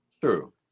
True